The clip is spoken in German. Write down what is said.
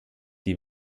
die